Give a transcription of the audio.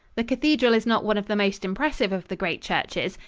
the cathedral is not one of the most impressive of the great churches.